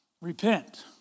Repent